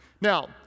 Now